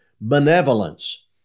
benevolence